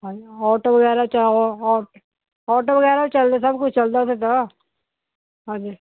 auto ਵਗੈਰਾ ਚਾਹੋ ਔ ਆਟੋ ਵਗੈਰਾ ਚਲਦੇ ਸਭ ਕੁਝ ਚਲਦਾ ਫਿਰ ਤਾਂ ਹਾਂਜੀ